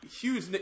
huge